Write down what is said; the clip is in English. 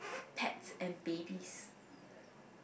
pets and babies